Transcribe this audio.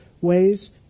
ways